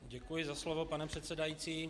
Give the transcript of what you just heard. Děkuji za slovo, pane předsedající.